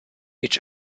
each